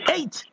Eight